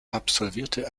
absolvierte